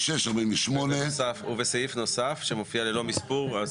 48-46. זה בנוסף לסעיף שמופיע ללא מספור.